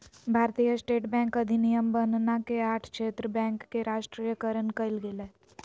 भारतीय state bank अधिनियम बनना के आठ क्षेत्र बैंक के राष्ट्रीयकरण कइल गेलय